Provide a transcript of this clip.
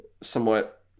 somewhat